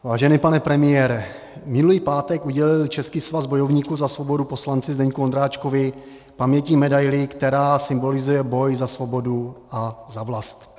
Vážený pane premiére, minulý pátek udělil Český svaz bojovníků za svobodu poslanci Zdeňku Ondráčkovi pamětní medaili, která symbolizuje boj za svobodu a za vlast.